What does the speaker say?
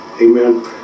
Amen